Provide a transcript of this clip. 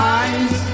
eyes